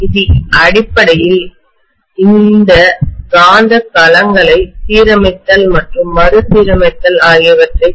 இது அடிப்படையில் இந்த காந்த களங்களை சீரமைத்தல் மற்றும் மறுசீரமைத்தல் ஆகியவற்றைச் செய்கிறது